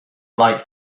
like